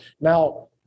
now